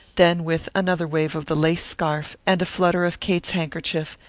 then with another wave of the lace scarf and a flutter of kate's handkerchief,